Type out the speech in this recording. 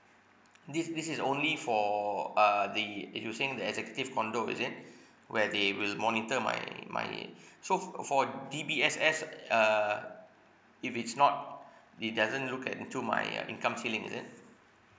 this this is only for uh the they using the executive condo is it where they will monitor my my so f~ uh for D_B_S_S uh uh if it's not they doesn't look at into my uh income ceiling is it